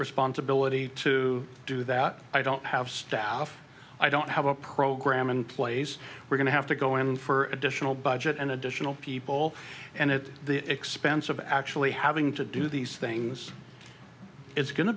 responsibility to do that i don't have staff i don't have a program in place we're going to have to go in for additional budget and additional people and it the expense of actually having to do these things is go